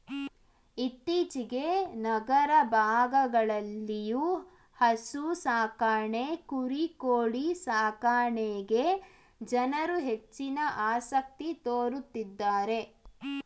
ಇತ್ತೀಚೆಗೆ ನಗರ ಭಾಗಗಳಲ್ಲಿಯೂ ಹಸು ಸಾಕಾಣೆ ಕುರಿ ಕೋಳಿ ಸಾಕಣೆಗೆ ಜನರು ಹೆಚ್ಚಿನ ಆಸಕ್ತಿ ತೋರುತ್ತಿದ್ದಾರೆ